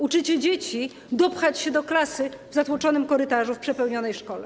uczycie dzieci dopchać się do klasy w zatłoczonym korytarzu w przepełnionej szkole.